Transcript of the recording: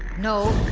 no!